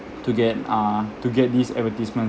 to get ah to get these advertisements